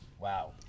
Wow